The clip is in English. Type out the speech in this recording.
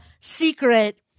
Secret